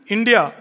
India